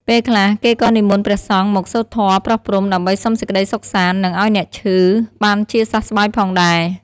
ពេលខ្លះ គេក៏និមន្តព្រះសង្ឃមកសូត្រធម៌ប្រោសព្រំ ដើម្បីសុំសេចក្ដីសុខសាន្ត និងឱ្យអ្នកឈឺបានជាសះស្បើយផងដែរ។